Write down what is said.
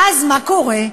ואז מה קורה?